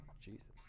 Jesus